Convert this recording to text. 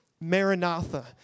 Maranatha